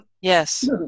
Yes